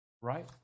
right